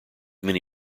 many